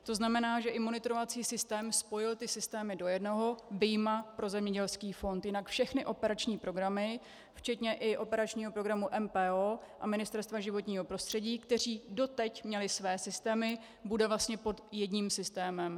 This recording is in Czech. To znamená, že i monitorovací systém spojil ty systémy do jednoho vyjma pro zemědělský fond, jinak všechny operační programy včetně operačního programu MPO a Ministerstva životního prostředí, která doteď měla své systémy, bude vlastně pod jedním systémem.